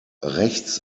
rechts